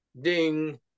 Ding